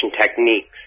techniques